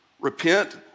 Repent